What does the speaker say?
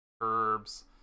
herbs